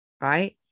right